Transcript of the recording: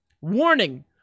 Warning